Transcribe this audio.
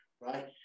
right